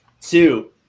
two